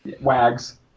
Wags